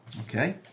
Okay